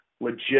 legit